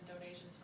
donations